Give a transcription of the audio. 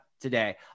today